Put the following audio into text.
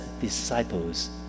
disciples